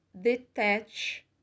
detach